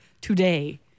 today